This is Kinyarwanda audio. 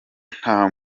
nta